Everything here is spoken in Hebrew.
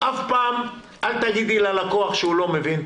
אף פעם אל תגידי ללקוח שהוא לא מבין.